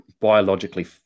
biologically